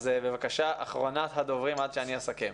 אז בבקשה, אחרונת הדוברים עד שאני אסכם.